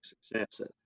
success